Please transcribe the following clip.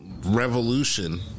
revolution